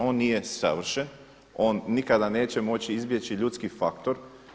On nije savršen, on nikada neće moći izbjeći ljudski faktor.